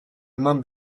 eman